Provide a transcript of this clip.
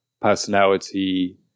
personality